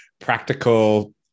practical